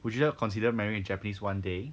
would you consider marrying a japanese one day